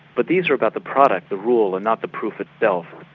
but these are about the product, the rule, and not the proof itself.